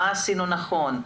מה עשינו נכון,